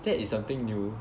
that is something new